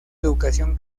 educación